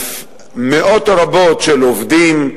מאות רבות של עובדים,